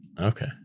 Okay